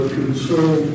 concern